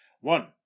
One